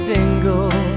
Dingle